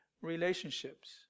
relationships